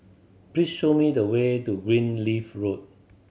please show me the way to Greenleaf Road